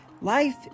life